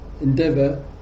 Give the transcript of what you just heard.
endeavour